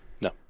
No